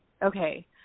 Okay